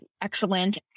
excellent